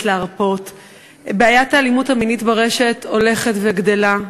להרפות: בעיית האלימות המינית ברשת הולכת וגדלה,